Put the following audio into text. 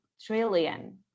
trillion